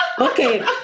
Okay